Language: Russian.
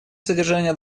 содержания